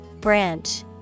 Branch